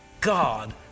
God